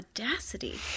audacity